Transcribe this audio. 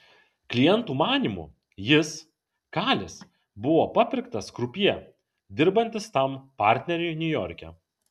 klientų manymu jis kalis buvo papirktas krupjė dirbantis tam partneriui niujorke